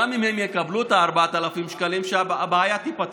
גם אם הם יקבלו את 4,000 השקלים, שהבעיה תיפתר.